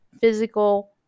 physical